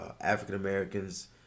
African-Americans